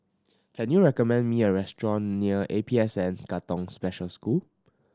can you recommend me a restaurant near A P S N Katong Special School